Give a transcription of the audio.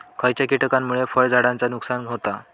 खयच्या किटकांमुळे फळझाडांचा नुकसान होता?